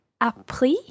appris